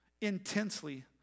intensely